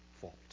fault